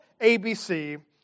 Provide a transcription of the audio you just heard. ABC